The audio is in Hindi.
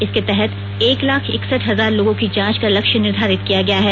इसके तहत एक लाख इकसठ हजार लोगों की जांच का लक्ष्य निर्धारित किया गया है